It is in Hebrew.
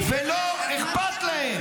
ולא אכפת להם.